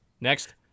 next